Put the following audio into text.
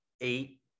eight